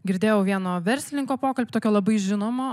girdėjau vieno verslininko pokalbį tokio labai žinomo